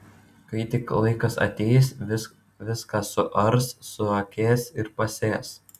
kai tik laikas ateis viską suars suakės ir pasės